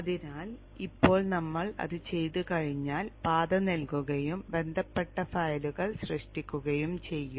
അതിനാൽ ഇപ്പോൾ നമ്മൾ അത് ചെയ്തുകഴിഞ്ഞാൽ പാത നൽകുകയും ബന്ധപ്പെട്ട ഫയലുകൾ സൃഷ്ടിക്കുകയും ചെയ്യും